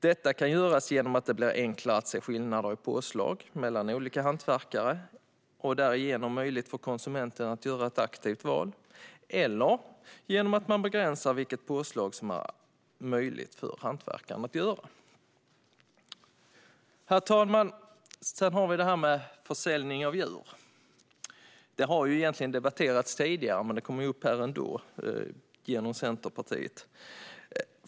Detta kan göras genom att det blir enklare att se skillnader i påslag mellan olika hantverkare och att det därigenom blir möjligt för konsumenten att göra ett aktivt val eller genom att man begränsar vilket påslag som är möjligt för hantverkaren. Herr talman! Vi har också det här med försäljning av djur. Det har egentligen debatterats tidigare, men det kommer upp här ändå genom Centerpartiet.